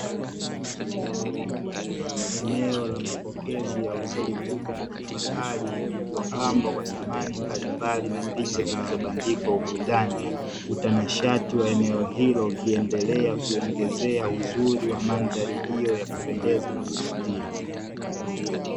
Eneo la mapokezi ya hoteli kubwa ya kifahari liilopambwa kwa samani mbalimbali na l picha zilizobandikwa ukutani, utanashati wa eneo hilo ukiendelea kuongezea uzuri wa mandhari hiyo ya kupendeza na kuvutia.